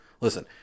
Listen